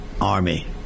army